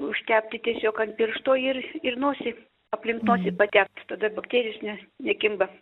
užtepti tiesiog ant piršto ir ir nosį aplink nosį patept tada bakterijos ne nekimba